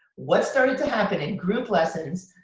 what started to happen in group lessons,